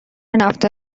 نفت